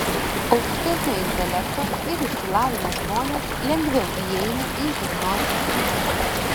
aukštesnio intelekto ir išsilavinę žmonės lengviau įeina į hipnozės būseną